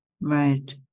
Right